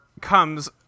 comes